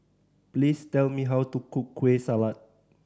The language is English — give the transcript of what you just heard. please tell me how to cook Kueh Salat